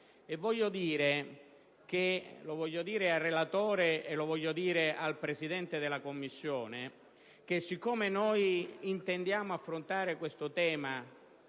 Voglio dire al relatore e al Presidente della Commissione giustizia che intendiamo affrontare questo tema